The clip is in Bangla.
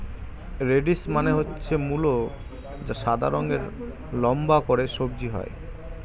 রেডিশ মানে হচ্ছে মূলো যা সাদা রঙের লম্বা করে সবজি হয়